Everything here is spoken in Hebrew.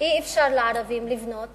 אין אפשרות לערבים לבנות